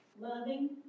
loving